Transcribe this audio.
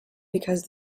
because